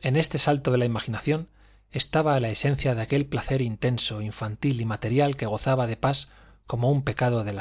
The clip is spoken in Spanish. en este salto de la imaginación estaba la esencia de aquel placer intenso infantil y material que gozaba de pas como un pecado de